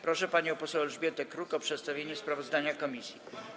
Proszę panią poseł Elżbietę Kruk o przedstawienie sprawozdania komisji.